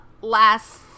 last